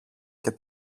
και